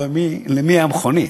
למי הייתה מכונית?